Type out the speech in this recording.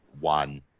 one